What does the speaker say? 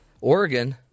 Oregon